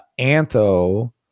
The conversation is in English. antho